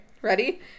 Ready